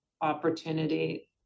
opportunity